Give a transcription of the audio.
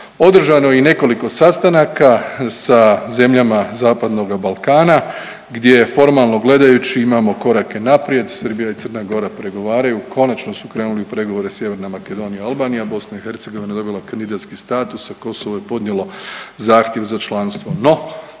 Održano je i nekoliko sastanaka sa zemljama Zapadnoga Balkana gdje formalno gledajući imamo korake naprijed, Srbija i Crna Gora pregovaraju, konačno su krenuli u pregovore Sjeverna Makedonija i Albanija, BiH je dobila kandidatski status, a Kosovo je podnijelo zahtjev za članstvom.